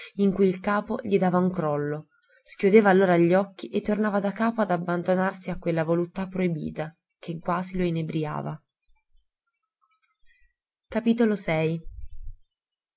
in cui il capo gli dava un crollo schiudeva allora gli occhi e tornava da capo ad abbandonarsi a quella voluttà proibita che quasi lo inebriava